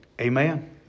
Amen